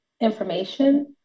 information